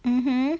mmhmm